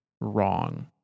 wrong